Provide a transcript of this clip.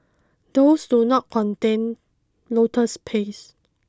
those do not contain lotus paste